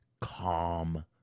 calm